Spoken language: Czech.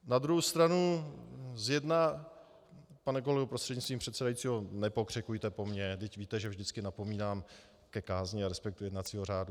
Na druhou stranu pane kolego prostřednictvím předsedajícího, nepokřikujte po mně, vždyť víte, že vždycky napomínám ke kázni a respektu k jednacímu řádu.